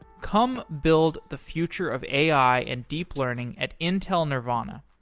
come build the future of ai and deep learning at intel nervana.